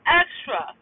extra